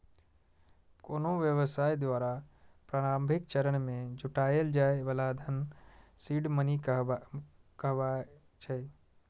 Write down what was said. कोनो व्यवसाय द्वारा प्रारंभिक चरण मे जुटायल जाए बला धन सीड मनी कहाबै छै